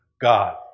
God